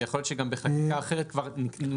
ויכול להיות שגם בחקיקה אחרת הוא כבר הוטמע.